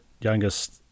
youngest